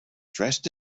dressed